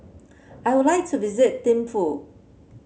I would like to visit Thimphu